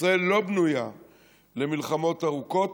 ישראל לא בנויה למלחמות ארוכות,